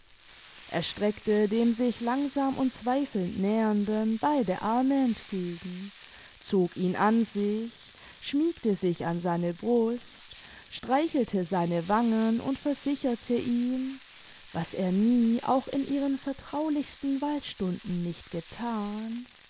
er streckte dem sich langsam und zweifelnd nähernden beide arme entgegen zog ihn an sich schmiegte sich an seine brust streichelte seine wangen und versicherte ihn was er nie auch in ihren vertraulichsten waldstunden nicht gethan